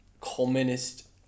communist